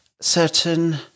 certain